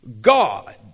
God